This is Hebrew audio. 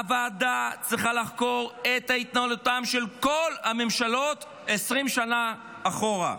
הוועדה צריכה לחקור את התנהלותן של כל הממשלות 20 שנה אחורה.